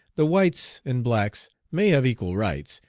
the whites and blacks may have equal rights,